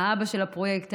האבא של הפרויקט,